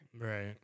Right